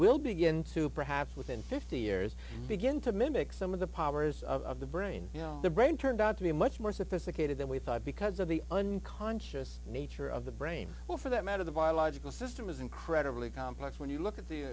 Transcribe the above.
will begin to perhaps within fifty years begin to mimic some of the powers of the brain the brain turned out to be much more sophisticated than we thought because of the unconscious nature of the brain or for that matter the biological system is incredibly complex when you look at the